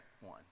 one